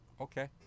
okay